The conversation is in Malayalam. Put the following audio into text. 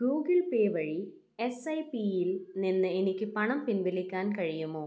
ഗൂഗിൾ പേ വഴി എസ് ഐ പിയിൽ നിന്ന് എനിക്ക് പണം പിൻവലിക്കാൻ കഴിയുമോ